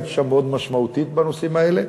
היית שם מאוד משמעותית בנושאים האלה,